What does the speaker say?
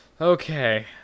Okay